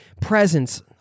presence